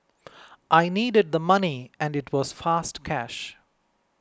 I needed the money and it was fast cash